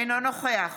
אינו נוכח